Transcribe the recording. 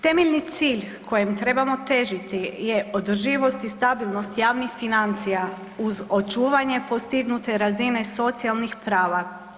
Temeljni cilj kojem trebamo težiti je održivost i stabilnost javnih financija uz očuvanje postignute razine socijalnih prava.